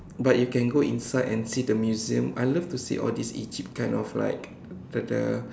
but you can go inside and see the museum I love to see all this Egypt kind of like the the